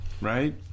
right